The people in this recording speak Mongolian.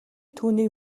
түүнийг